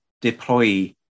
deploy